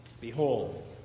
Behold